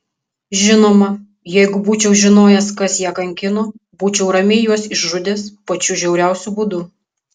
žinoma jeigu būčiau žinojęs kas ją kankino būčiau ramiai juos išžudęs pačiu žiauriausiu būdu